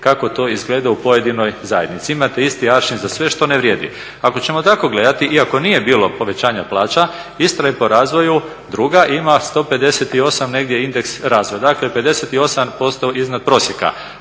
kako to izgleda u pojedinoj zajednici. Imate isti …/Govornik se ne razumije./… za sve što ne vrijedi. Ako ćemo tako gledati, iako nije bilo povećanja plaća Istra je po razvoju druga, ima 158 negdje indeks razvoja, dakle 58% iznad prosjeka.